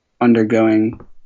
undergoing